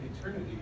eternity